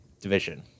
division